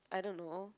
I don't know